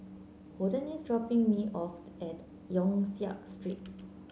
Holden is dropping me off at Yong Siak Street